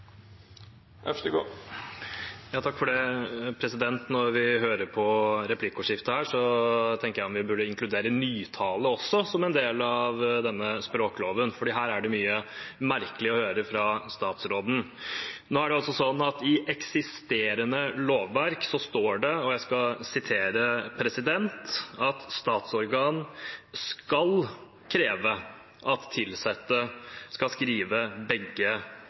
Når vi hører på replikkordskiftet her, tenker jeg på om vi burde inkludere også nytale som en del av denne språkloven, for her er det mye merkelig å høre fra statsråden. I eksisterende lovverk står det at statsorgan «skal kreve» at ansatte skal skrive på begge målformer. I lovforslaget fra regjeringen i dag står det at statsorgan «skal kunne kreve» at de ansatte skal skrive på begge